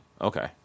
Okay